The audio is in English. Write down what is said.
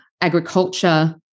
agriculture